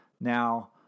Now